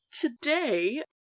Today